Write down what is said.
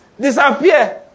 disappear